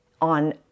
on